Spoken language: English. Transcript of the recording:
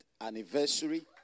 anniversary